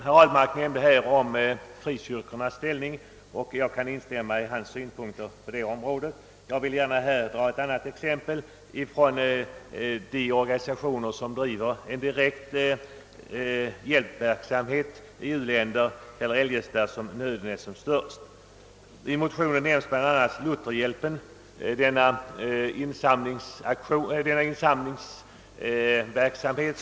Herr Ahlmark nämnde frikyrkornas ställning, och jag kan ansluta mig till hans synpunkter. Jag vill dock gärna hämta ett annat exempel från de oragnisationer som driver en direkt hjälpverksamhet i u-länder eller eljest där nöden är som störst. I motionen nämns bl a. Lutherhjälpens insamlingsverksamhet.